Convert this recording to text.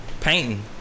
painting